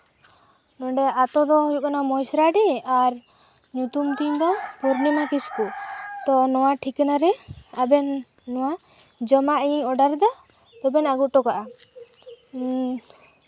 ᱱᱚᱸᱰᱮ ᱟᱛᱳ ᱫᱚ ᱦᱩᱭᱩᱜ ᱠᱟᱱᱟ ᱢᱚᱭᱥᱚᱨᱟ ᱰᱤ ᱟᱨ ᱧᱩᱛᱩᱢ ᱛᱤᱧ ᱫᱚ ᱯᱩᱨᱱᱤᱢᱟ ᱠᱤᱥᱠᱩ ᱛᱚ ᱱᱚᱣᱟ ᱴᱷᱤᱠᱟᱹᱱᱟ ᱨᱮ ᱟᱵᱮᱱ ᱱᱚᱣᱟ ᱡᱚᱢᱟᱜ ᱤᱧ ᱚᱰᱟᱨ ᱮᱫᱟ ᱛᱚ ᱵᱮᱱ ᱟᱹᱜᱩ ᱦᱚᱴᱚ ᱠᱟᱜᱼᱟ